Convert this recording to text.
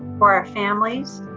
for our families,